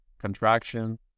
contraction